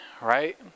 right